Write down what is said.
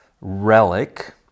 relic